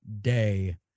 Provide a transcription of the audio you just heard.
day